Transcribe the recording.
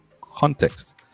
context